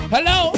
Hello